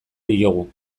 diogu